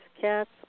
cats